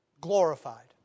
glorified